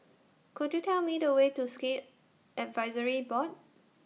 Could YOU Tell Me The Way to Sikh Advisory Board